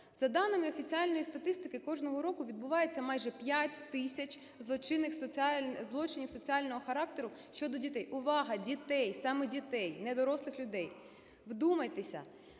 За даними офіційної статистики кожного року відбувається майже п'ять тисяч злочинів соціального характеру щодо дітей. Увага, дітей – саме дітей, не дорослих людей. Вдумайтеся,